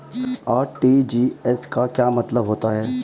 RTGS का क्या मतलब होता है?